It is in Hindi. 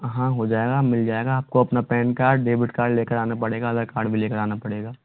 हाँ हो जाएगा मिल जाएगा आप को अपना पैन कार्ड डेबिट कार्ड ले कर आना पड़ेगा आधार कार्ड भी ले कर आना पड़ेगा